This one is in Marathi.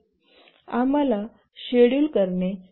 आम्हाला शेड्युल पुन्हा करणे आवश्यक आहे